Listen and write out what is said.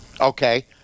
Okay